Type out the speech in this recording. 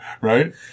right